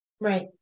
Right